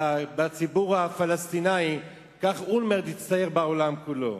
בציבור הפלסטיני, כך אולמרט הצטייר בעולם כולו.